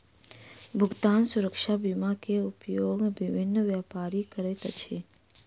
भुगतान सुरक्षा बीमा के उपयोग विभिन्न व्यापारी करैत अछि